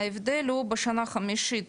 ההבדל הוא בשנה חמישית,